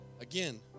Again